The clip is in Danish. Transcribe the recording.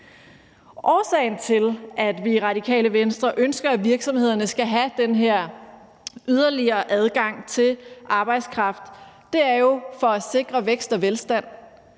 Årsagen til, at vi i Radikale Venstre ønsker, at virksomhederne skal have den her yderligere adgang til arbejdskraft, er, at vi vil sikre vækst og velstand